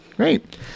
Great